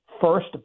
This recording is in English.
first